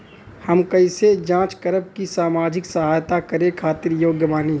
हम कइसे जांच करब की सामाजिक सहायता करे खातिर योग्य बानी?